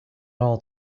all